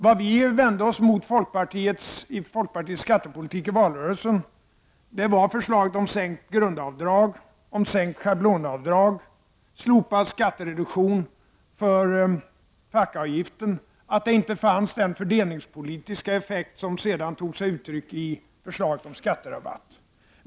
Vad vi vände oss mot i folkpartiets skattepolitik i valrörelsen var förslaget om sänkt grundavdrag, sänkt schablonavdrag, slopad skattereduktion för fackavgiften och att det inte fanns den fördelningspolitiska effekt som sedan tog sig uttryck i förslaget om skatterabatt.